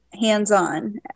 hands-on